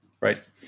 Right